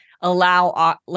allow